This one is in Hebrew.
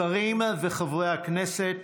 שרים וחברי הכנסת,